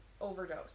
overdose